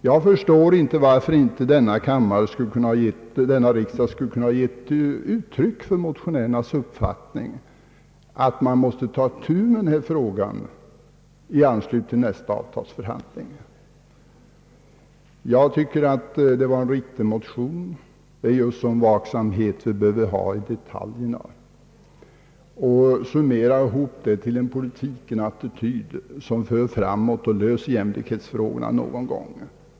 Jag förstår inte varför inte denna riksdag skulle kunna ge uttryck för motionärernas uppfattning, att man måste ta itu med denna fråga i anslutning till nästa avtalsförhandling. Jag tycker att det var en riktig motion. Det är just sådan vaksamhet vi behöver ha i detaljerna. Vi måste summera ihop dem till en politik, en attityd som leder framåt och löser jämlikhetsfrågorna någon gång.